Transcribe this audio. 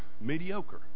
mediocre